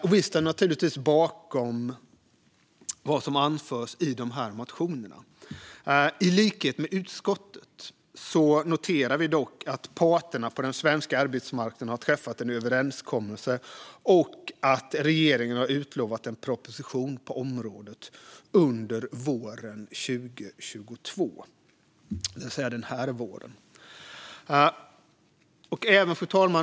Vi ställer oss naturligtvis bakom vad som anförs i motionerna. I likhet med utskottet noterar vi dock att parterna på den svenska arbetsmarknaden har träffat en överenskommelse och att regeringen har utlovat en proposition på området under våren 2022, det vill säga den här våren. Fru talman!